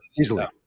easily